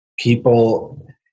people